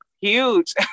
huge